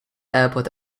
airport